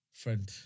friend